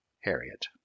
Harriet